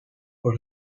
for